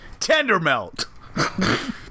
Tendermelt